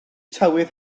tywydd